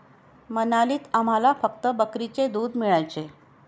मनालीत आम्हाला फक्त बकरीचे दूध मिळायचे